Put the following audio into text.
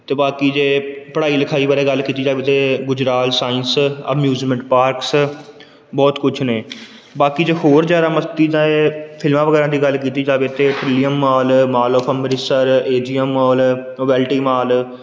ਅਤੇ ਬਾਕੀ ਜੇ ਪੜ੍ਹਾਈ ਲਿਖਾਈ ਬਾਰੇ ਗੱਲ ਕੀਤੀ ਜਾਵੇ ਤਾਂ ਗੁਜਰਾਲ ਸਾਇੰਸ ਅਮਿਊਜਮੈਂਟ ਪਾਰਕਸ ਬਹੁਤ ਕੁਝ ਨੇ ਬਾਕੀ ਜੇ ਹੋਰ ਜ਼ਿਆਦਾ ਮਸਤੀ ਜਾਏ ਫਿਲਮਾਂ ਵਗੈਰਾ ਦੀ ਗੱਲ ਕੀਤੀ ਜਾਵੇ ਤਾਂ ਮਾਲ mall of Amritsar A G M mall novelty mall